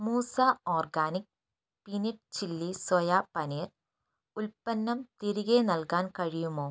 Musa organic peanut chilli soya paneer ഉൽപ്പന്നം തിരികെ നൽകാൻ കഴിയുമോ